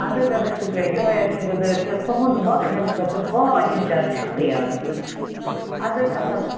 اَدٕ حظ اَدٕ حظ شُکریہ یِہے ٲسٕم گُزٲرِش حظ تُہُنٛد وق دنہٕ خٲطرٕ واریاہ زیادٕ شُکریہ حظ اَدٕ حظ اَصٕل